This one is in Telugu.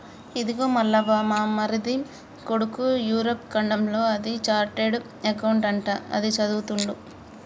ఇదిగో మల్లవ్వ మా మరిది కొడుకు యూరప్ ఖండంలో అది చార్టెడ్ అకౌంట్ అంట అది చదువుతుండు